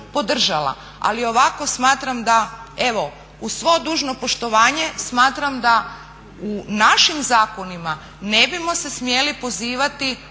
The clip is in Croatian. Ali ovako smatram da evo uz svo dužno poštovanje smatram da u našim zakonima ne bismo se smjeli pozivati